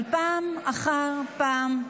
אבל פעם אחר פעם,